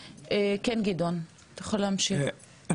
אני רק אציין שיש שונות בין התחומים,